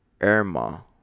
Irma